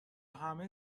همه